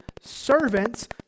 Servants